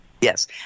Yes